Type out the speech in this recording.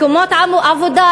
מקומות עבודה,